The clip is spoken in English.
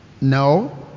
No